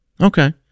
Okay